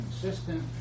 consistent